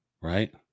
right